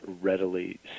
readily